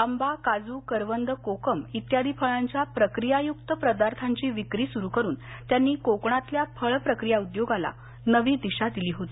आंबा काजू करवंदं कोकम इत्यादी फळांच्या प्रक्रियायुक्त पदार्थांची विक्री सुरू करून त्यांनी कोकणातल्या फळप्रक्रिया उद्योगाला नवी दिशा दिली होती